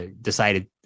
decided